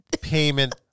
payment